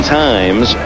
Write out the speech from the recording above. times